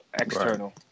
external